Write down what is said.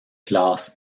classe